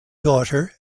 daughter